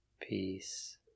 Peace